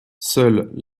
seuls